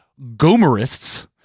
Gomerists